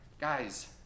Guys